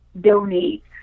donate